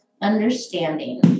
understanding